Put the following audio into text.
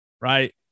right